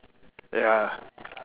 ya